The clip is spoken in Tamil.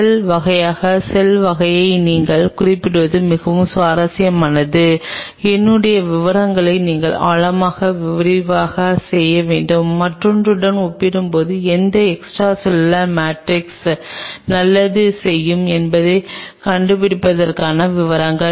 செல் வகைக்கு செல் வகையை நீங்கள் குறிப்பிடுவது மிகவும் சுவாரஸ்யமானது என்னுடைய விவரங்களை நீங்கள் ஆழமாக விரிவாகச் செய்ய வேண்டும் மற்றொன்றுடன் ஒப்பிடும்போது எந்த எக்ஸ்ட்ரா செல்லுலார் மேட்ரிக்ஸ் நல்லது செய்யும் என்பதைக் கண்டுபிடிப்பதற்கான விவரங்கள்